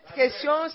question